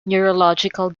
neurological